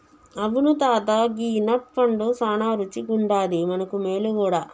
అవును తాత గీ నట్ పండు సానా రుచిగుండాది మనకు మేలు గూడా